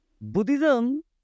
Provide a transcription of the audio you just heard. Buddhism